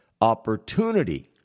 opportunity